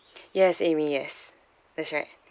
yes amy yes that's right